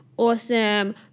awesome